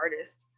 artist